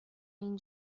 این